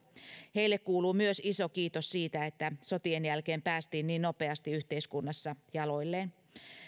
heille kuuluu myös iso kiitos siitä että sotien jälkeen päästiin niin nopeasti yhteiskunnassa jaloilleen